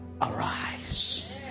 arise